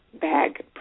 bag